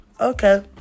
Okay